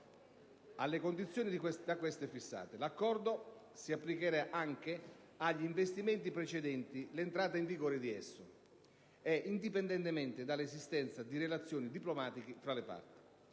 alle condizioni da questa fissate. L'Accordo si applicherà anche agli investimenti precedenti l'entrata in vigore di esso, e indipendentemente dall'esistenza di relazioni diplomatiche tra le parti.